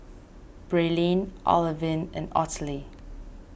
Braelyn Olivine and Ottilie